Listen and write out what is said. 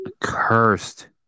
cursed